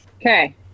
Okay